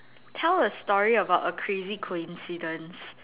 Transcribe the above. tell a story about a crazy coincidence